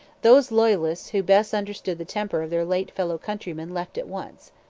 those loyalists who best understood the temper of their late fellow-countrymen left at once.